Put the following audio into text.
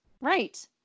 Right